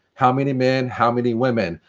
how many men, how many women?